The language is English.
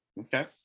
Okay